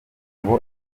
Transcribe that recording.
ngo